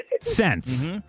cents